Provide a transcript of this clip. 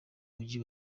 mujyi